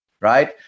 right